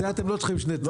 זה אתם לא צריכים שני צדדים,